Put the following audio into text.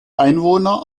einwohner